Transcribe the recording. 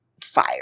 fire